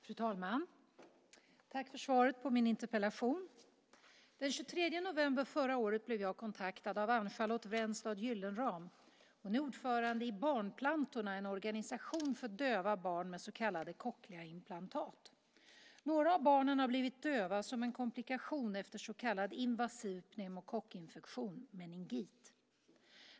Fru talman! Tack för svaret på min interpellation. Den 23 november förra året blev jag kontaktad av Ann-Charlotte Wrennstad Gyllenram. Hon är ordförande i Barnplantorna, en organisation för döva barn med så kallade cochleaimplantat. Några av barnen har blivit döva som en komplikation efter så kallad invasiv pneumokockinfektion, meningit.